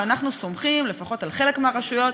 אנחנו סומכים לפחות על חלק מהרשויות